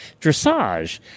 dressage